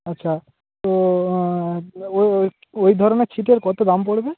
আচ্ছা তো ওই ধরণের ছিটের কতো দাম পড়বে